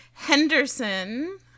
Henderson